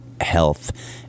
health